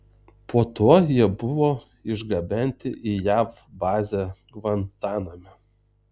po to jie buvo išgabenti į jav bazę gvantaname